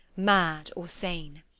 mad or sane.